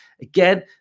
Again